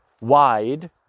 wide